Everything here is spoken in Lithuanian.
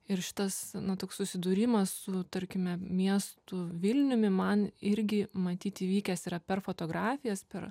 ir šitas na toks susidūrimas su tarkime miestu vilniumi man irgi matyt įvykęs yra per fotografijas per